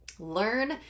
Learn